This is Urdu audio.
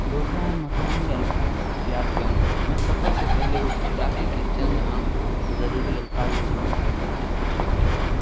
دوسرا ہے مقامی الفاظ یاد کرنا میں سفر سے پہلے اس علاقے کی چند عام ضروری الفاظ یا جملے سیکھنے کی کوشش کرتا ہوں